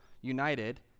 united